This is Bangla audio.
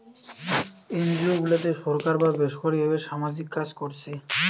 এনজিও গুলাতে সরকার বা বেসরকারী ভাবে সামাজিক কাজ কোরছে